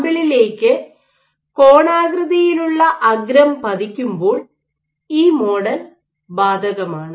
സാമ്പിളിലേക്ക് ഒരു കോണാകൃതിയിലുള്ള അഗ്രം പതിക്കുമ്പോൾ ഈ മോഡൽ ബാധകമാണ്